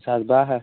زٕ ساس باہ ہا